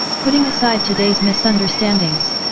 putting aside today's misunderstandings,